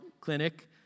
clinic